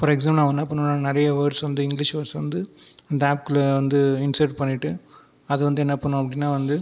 for example அவன் என்ன பண்ணுவானா நிறைய வேர்ட்ஸ் வந்து இங்கிலிஷ் வேர்ட்ஸ் வந்து அந்த ஆப்க்குள்ளே வந்து இன்ஸெர்ட் பண்ணிட்டு அதை வந்து என்ன பண்ணுவான் அப்படினால் வந்து